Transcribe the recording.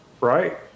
Right